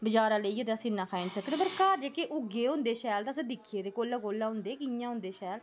बजारा लेइयै ते अस इ'न्ना खाई निं सकदे पर घर जेह्के उग्गे होंदे शैल ते अस दिक्खियै ते कोलै कोलै होंदे कि'यां होंदे शैल